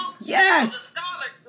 Yes